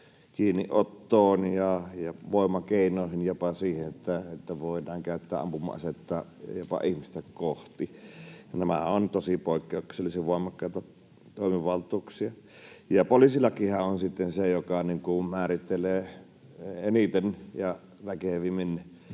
kiinniottoon ja voimakeinoihin, jopa siihen, että voidaan käyttää ampuma-asetta jopa ihmistä kohti. Nämähän ovat tosi poikkeuksellisen voimakkaita toimivaltuuksia. Ja poliisilakihan on sitten se, joka määrittelee eniten ja väkevimmin